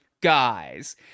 guys